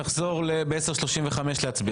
נחזור ב-10:35 להצביע.